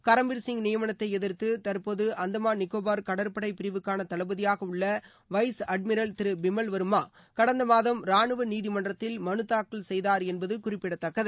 கரம்பீர் சிங் நியமனத்தை எதிர்த்து தற்போது அந்தமான் நிக்கோபார் கடற்படை பிரிவுக்கான தளபதியாக உள்ள வைஸ் அட்மிரல் திரு பிமல்வர்மா கடந்த மாதம் ராணுவ நீதிமன்றத்தில் மனுதாக்கல் செய்தார் என்பது குறிப்பிடத்தக்கது